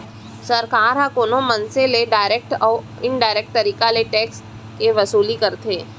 सरकार ह कोनो मनसे मन ले डारेक्ट अउ इनडारेक्ट तरीका ले टेक्स के वसूली करथे